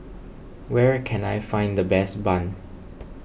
where can I find the best Bun